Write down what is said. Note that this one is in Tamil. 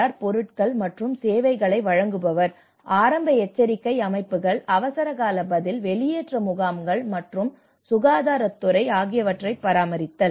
ஆர் பொருட்கள் மற்றும் சேவைகளை வழங்குபவர் ஆரம்ப எச்சரிக்கை அமைப்புகள் அவசரகால பதில் வெளியேற்ற முகாம்கள் மற்றும் சுகாதாரத் துறை ஆகியவற்றைப் பராமரித்தல்